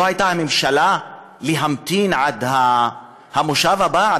לא הייתה הממשלה יכולה להמתין עד המושב הבא,